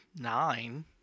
nine